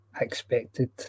Expected